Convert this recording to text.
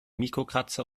mikrokratzer